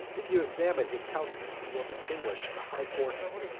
if you examine his countenance, you will distinguish a high forehead,